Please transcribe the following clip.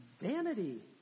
vanity